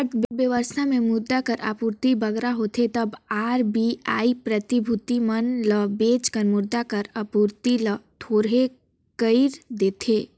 अर्थबेवस्था में मुद्रा कर आपूरति बगरा होथे तब आर.बी.आई प्रतिभूति मन ल बेंच कर मुद्रा कर आपूरति ल थोरहें कइर देथे